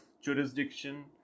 jurisdiction